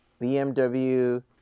BMW